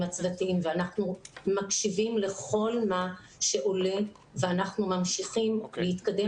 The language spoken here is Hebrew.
הצוותים ואנחנו מקשיבים לכל מה שעולה ואנחנו ממשיכים להתקדם